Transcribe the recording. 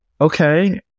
Okay